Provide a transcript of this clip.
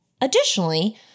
Additionally